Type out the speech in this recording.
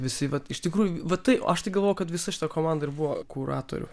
visi vat iš tikrųjų vat tai aš tai galvojau kad visa šita komanda ir buvo kuratorių